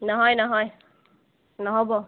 নহয় নহয় নহ'ব